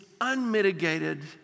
unmitigated